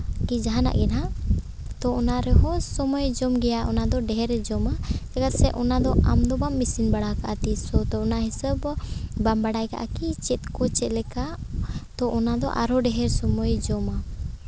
ᱠᱤ ᱡᱟᱦᱟᱱᱟᱜ ᱜᱮ ᱱᱟᱦᱟᱜ ᱛᱚ ᱚᱱᱟ ᱨᱮ ᱦᱚᱸ ᱥᱚᱢᱚᱭ ᱡᱚᱢ ᱜᱮᱭᱟ ᱚᱱᱟ ᱫᱚ ᱰᱷᱮᱹᱨᱮ ᱡᱚᱢᱟ ᱪᱮᱫᱟᱜ ᱥᱮ ᱚᱱᱟ ᱫᱚ ᱟᱢ ᱫᱚ ᱵᱟᱢ ᱤᱥᱤᱱ ᱵᱟᱲᱟ ᱠᱟᱜᱼᱟ ᱛᱤᱥ ᱦᱚᱸ ᱫᱚ ᱚᱱᱟ ᱦᱤᱥᱟᱹᱵ ᱵᱟᱢ ᱵᱟᱲᱟᱭ ᱠᱟᱜᱼᱟ ᱠᱤ ᱪᱮᱫ ᱠᱚ ᱪᱮᱫ ᱞᱮᱠᱟ ᱛᱚ ᱚᱱᱟ ᱫᱚ ᱟᱨ ᱦᱚᱸ ᱰᱷᱮᱹᱨ ᱥᱚᱢᱚᱭᱮ ᱡᱚᱢᱟ